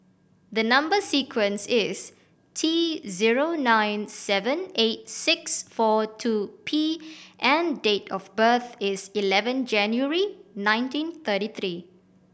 the number sequence is T zero nine seven eight six four two P and date of birth is eleven January nineteen thirty three